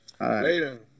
Later